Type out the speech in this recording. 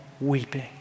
weeping